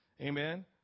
Amen